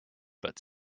but